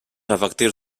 efectius